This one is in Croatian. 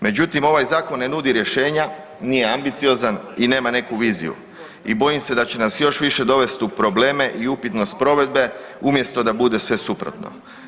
Međutim, ovaj zakon ne nudi rješenja, nije ambiciozan i nema neku viziju i bojim se da će nas još više dovesti u probleme i upitnost provedbe, umjesto da bude sve suprotno.